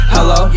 Hello